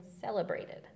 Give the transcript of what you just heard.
celebrated